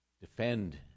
defend